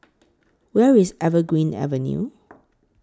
Where IS Evergreen Avenue